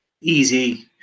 easy